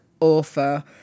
author